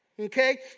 Okay